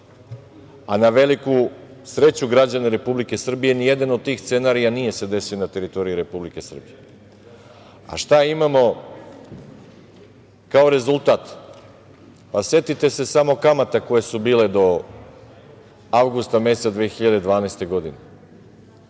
a na veliku sreću građana Republike Srbije ni jedan od tih scenarija nije se desio na teritoriji Republike Srbije. Šta imamo kako rezultat? Setite se samo kamata koje su bile do avgusta meseca 2012. godine.